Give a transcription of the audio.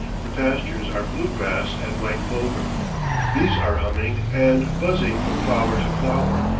the pastures are blue grass and white clover bees are humming and buzzing from flower to flower,